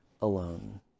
alone